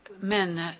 men